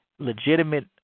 legitimate